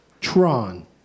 Tron